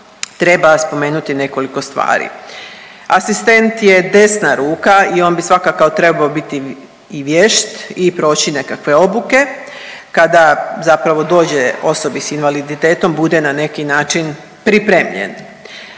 treba spomenuti nekoliko stvari. Asistent je desna ruka i on bi svakako trebao biti i vješt i proći nekakve obuke. Kada zapravo dođe osobi s invaliditetom bude na neki način pripremljen.